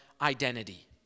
identity